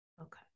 Okay